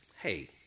hey